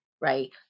right